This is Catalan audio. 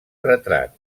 retrat